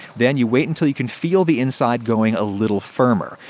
then you wait until you can feel the inside going a little firmer.